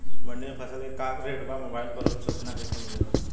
मंडी में फसल के का रेट बा मोबाइल पर रोज सूचना कैसे मिलेला?